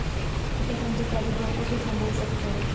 कीटकांचो प्रादुर्भाव कसो थांबवू शकतव?